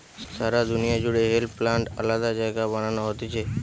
সারা দুনিয়া জুড়ে hemp plant আলাদা জায়গায় বানানো হতিছে